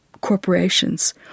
corporations